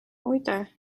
muide